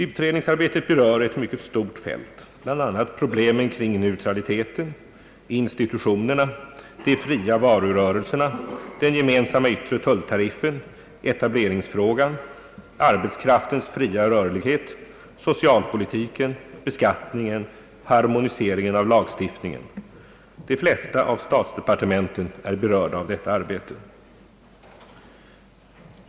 Utredningsarbetet berör ett mycket stort fält, bl.a. problemen kring neutraliteten, institutionerna, de fria varurö relserna, den gemensamma yttre tulltariffen, etableringsfrågan, arbetskraftens fria rörlighet, socialpolitiken, beskattningen, harmoniseringen av lagstiftningen. De flesta av statsdepartementen är berörda av detta arbete.